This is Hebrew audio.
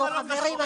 בואו חברים,